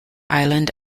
island